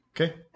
Okay